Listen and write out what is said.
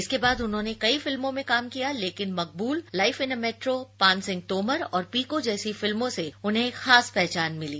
इसके बाद उन्होंने कई फिल्मों में काम किया लेकिन Maqbool life in a metro Paan Singh Tomar और पीकू जैसी फिल्मोंक से उन्हें खास पहचान मिली